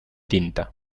tinta